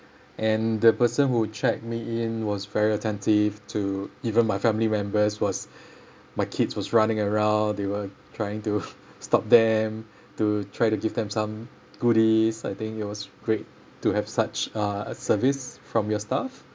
and the person who checked me in was very attentive to even my family members was my kids was running around they were trying to stop them to try to give them some goodies I think it was great to have such uh service from your staff